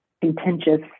contentious